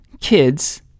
kids